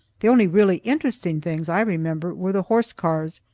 the only really interesting things i remember were the horsecars,